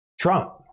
Trump